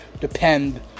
depend